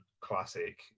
classic